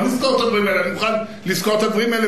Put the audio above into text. אני מוכן לזכור את הדברים האלה,